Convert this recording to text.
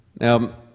Now